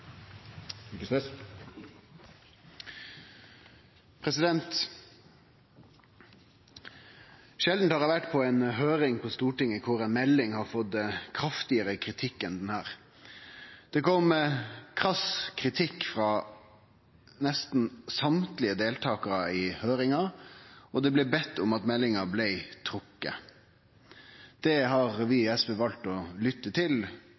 fag. Sjeldan har eg vore på ei høyring på Stortinget der ei melding har fått kraftigare kritikk enn denne. Det kom krass kritikk frå nesten alle deltakarane i høyringa, og det blei bedt om at meldinga blei trekt. Det har vi i SV valt å lytte til,